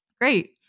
Great